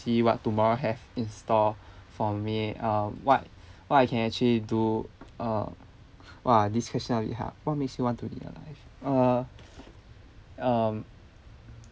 see what tomorrow have in store for me uh what what I can actually do uh !wah! this question will be hard what makes you want to be alive uh um